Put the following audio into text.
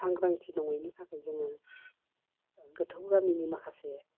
सांग्रांथि नङैनि थाखाय जोङो गोथौ गामिनि माखासे